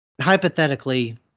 hypothetically